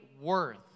worth